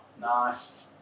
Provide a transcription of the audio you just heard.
Nice